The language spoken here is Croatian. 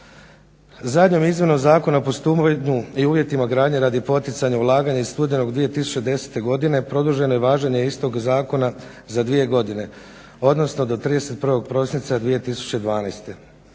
Zadnjom izmjenom zakona … i uvjetima gradnje radi poticanja ulaganja iz studeno 2010.godine produženo je važenje istog zakona za dvije godine, odnosno do 31. prosinca 2012. Danas